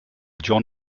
john